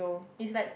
is like